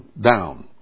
down